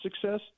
success